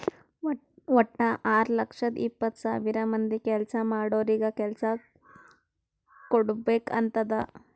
ವಟ್ಟ ಆರ್ ಲಕ್ಷದ ಎಪ್ಪತ್ತ್ ಸಾವಿರ ಮಂದಿ ಕೆಲ್ಸಾ ಮಾಡೋರಿಗ ಕೆಲ್ಸಾ ಕುಡ್ಬೇಕ್ ಅಂತ್ ಅದಾ